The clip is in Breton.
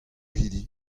hiziv